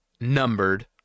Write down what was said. numbered